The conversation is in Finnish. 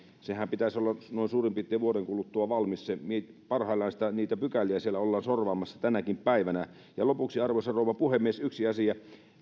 senhän pitäisi olla noin suurin piirtein vuoden kuluttua valmis parhaillaan niitä pykäliä siellä ollaan sorvaamassa tänäkin päivänä lopuksi arvoisa rouva puhemies yksi asia